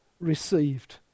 received